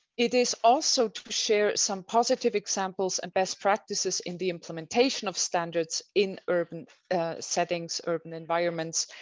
it is also to share some positive examples and best practices in the implementation of standards in urban settings, urban environments.